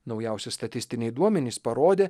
naujausi statistiniai duomenys parodė